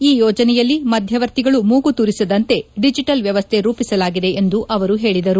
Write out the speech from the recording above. ಈ ಯೋಜನೆಯಲ್ಲಿ ಮಧ್ಯವರ್ತಿಗಳು ಮೂಗು ತೂರಿಸದಂತೆ ಡಿಜಿಟಲ್ ವ್ಯವಸ್ಥೆ ರೂಪಿಸಲಾಗಿದೆ ಎಂದು ಅವರು ಹೇಳಿದರು